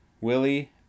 Willie